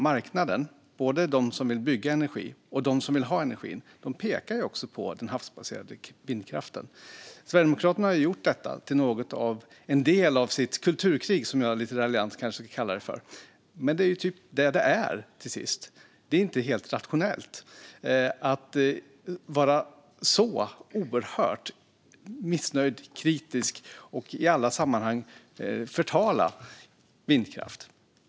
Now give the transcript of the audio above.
Marknaden - både de som vill bygga energi och de som vill ha energi - pekar på den havsbaserade vindkraften. Sverigedemokraterna har gjort detta till något av en del av sitt kulturkrig, som jag lite raljant kanske kan kalla det. Detta är dock vad det är i slutänden. Det är inte helt rationellt att vara så oerhört missnöjd och kritisk och att i alla sammanhang förtala vindkraften.